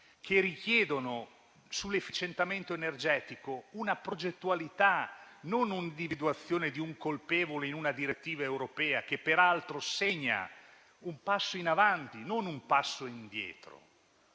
richiede sull'efficientamento energetico una progettualità, non l'individuazione di un colpevole in una direttiva europea, che peraltro segna un passo in avanti, non un passo indietro.